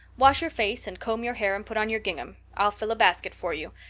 wash your face and comb your hair and put on your gingham. i'll fill a basket for you.